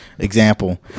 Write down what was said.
example